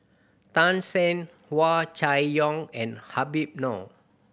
Tan Shen Hua Chai Yong and Habib Noh